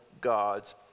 God's